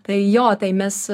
tai jo tai mes